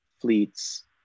fleets